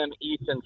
Ethan